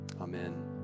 Amen